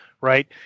right